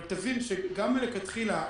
אבל תבין שגם מלכתחילה,